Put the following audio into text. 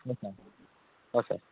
ହଁ ସାର୍ ହଁ ସାର୍